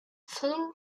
film